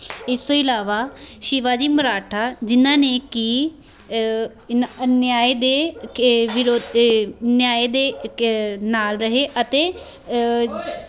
ਇਸ ਤੋਂ ਇਲਾਵਾ ਸ਼ਿਵਾਜੀ ਮਰਾਠਾ ਜਿਨ੍ਹਾਂ ਨੇ ਕਿ ਇਨ ਅਨਿਆਂਏ ਦੇ ਕੇ ਵਿਰੋ ਨਿਆਂਏ ਦੇ ਕ ਨਾਲ਼ ਰਹੇ ਅਤੇ